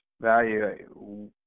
value